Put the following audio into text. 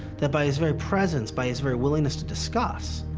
that by his very presence, by his very willingness to discuss,